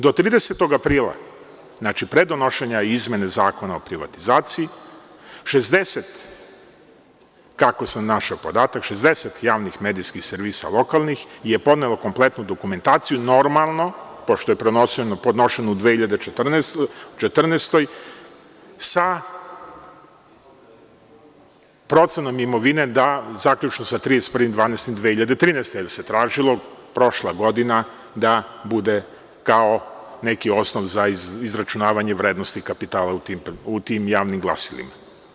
Do 30. aprila, znači pre donošenja izmene Zakona o privatizaciji, kako sam našao podatak, 60 javnih medijskih servisa lokalnih je podnelo kompletnu dokumentaciju, normalno, pošto je podnošeno u 2014. godini, sa procenom imovine, zaključno sa 31. decembrom 2013. godine, jer se tražila prošla godina da bude kao neki osnov za izračunavanje vrednosti kapitala u tim javnim glasilima.